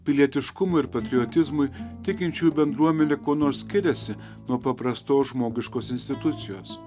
pilietiškumui ir patriotizmui tikinčiųjų bendruomenė kuo nors skiriasi nuo paprastos žmogiškos institucijos